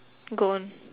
go on